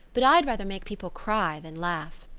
but i'd rather make people cry than laugh.